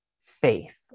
faith